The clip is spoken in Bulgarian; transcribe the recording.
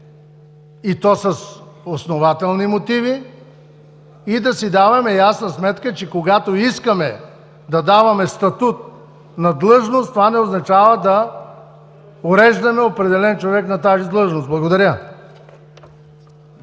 и то с основателни мотиви, и да си даваме ясна сметка, че когато искаме да даваме статут на длъжност, това не означава да уреждаме определен човек на тази длъжност. Благодаря.